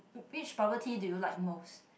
which bubble tea did you like most